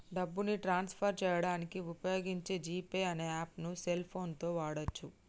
డబ్బుని transfer చేయడానికి వుపయోగించే జీ పే అనే యాప్పుని సెల్ ఫోన్ తో వాడచ్చు